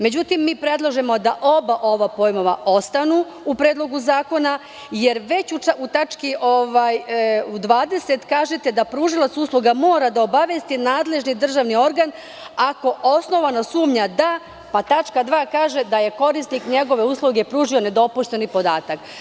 Mi predlažemo da oba ova pojma ostanu u Predlogu zakona, jer već u tački 20. kažete da pružalac usluga mora da obavesti nadležni državni organ ako osnovano sumnja da, pa tačka 2. kaže da je korisnik njegove usluge pružio nedopušteni podatak.